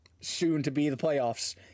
soon-to-be-the-playoffs